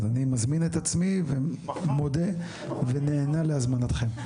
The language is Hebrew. אז אני מזמין את עצמי ונענה להזמנתכם.